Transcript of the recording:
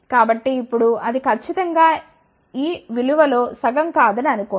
కాబట్టి ఇప్పుడు అది ఖచ్చితం గా ఈ విలువ లో సగం కాదని అనుకోకండి